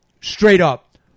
straight-up